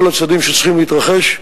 כל הצדדים שצריכים להיערך.